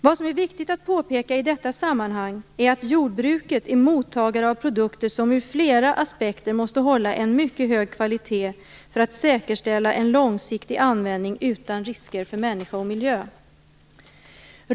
Vad som är viktigt att påpeka i detta sammanhang är att jordbruket är mottagare av produkter som ur flera aspekter måste hålla en mycket hög kvalitet för att säkerställa en långsiktig användning utan risker för människa och miljö.